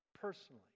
Personally